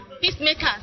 Peacemakers